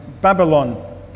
Babylon